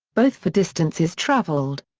both for distances travelled.